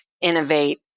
innovate